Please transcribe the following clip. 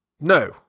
No